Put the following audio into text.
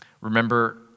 Remember